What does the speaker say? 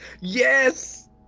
Yes